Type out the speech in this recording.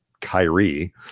Kyrie